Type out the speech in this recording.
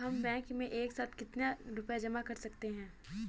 हम बैंक में एक साथ कितना रुपया जमा कर सकते हैं?